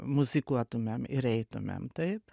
muzikuotumėm ir eitumėm taip